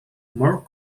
more